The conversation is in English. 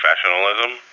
professionalism